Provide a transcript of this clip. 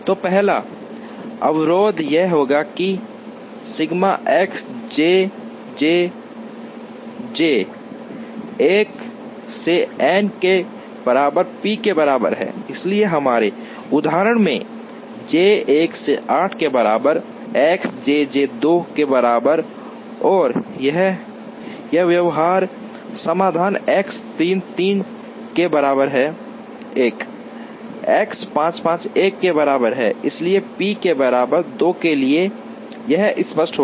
तो पहला अवरोध यह होगा कि sigma x j j j 1 से एन के बराबर पी के बराबर है इसलिए हमारे उदाहरण में जे 1 से 8 के बराबर एक्स जे जे 2 के बराबर और इस व्यवहार्य समाधान एक्स 3 3 के बराबर है 1 एक्स 5 5 1 के बराबर है इसलिए पी के बराबर 2 के लिए यह संतुष्ट होगा